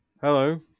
Hello